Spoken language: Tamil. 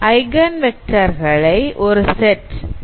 ஐகன் வெக்டார்கலை ஒரு செட் I e1 e2